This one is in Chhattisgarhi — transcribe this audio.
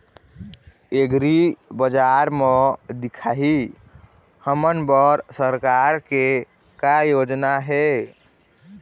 एग्रीबजार म दिखाही हमन बर सरकार के का योजना हे?